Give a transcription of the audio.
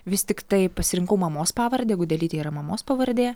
vis tiktai pasirinkau mamos pavardę gudelytė yra mamos pavardė